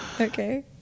Okay